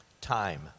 time